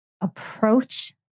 approach